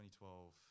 2012